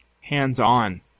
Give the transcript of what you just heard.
Hands-on